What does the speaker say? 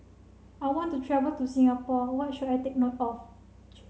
I want to travel to Singapore what should I take note of